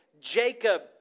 Jacob